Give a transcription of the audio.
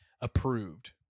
Approved